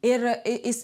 ir jis